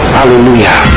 hallelujah